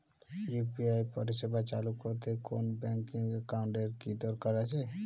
UPI পরিষেবা চালু করতে কোন ব্যকিং একাউন্ট এর কি দরকার আছে?